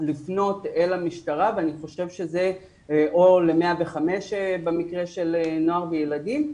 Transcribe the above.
לפנות אל המשטרה או ל-105 במקרה של נוער וילדים,